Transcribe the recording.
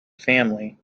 family